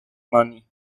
money